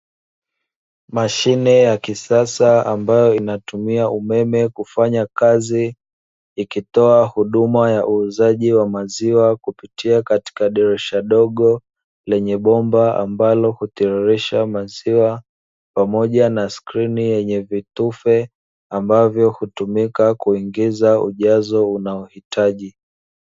Mashine ya kisasa ambayo inatumia umeme kufanya kazi, ikitoa huduma ya uuzaji wa maziwa kupitia katika dirisha dogo lenye bomba ambalo hutiririsha maziwa pamoja na skrini yenye vitufe ambavyo hutumika kuingiza ujazo unaohitaji.